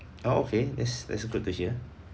oh okay that's that's good to hear